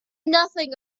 nothing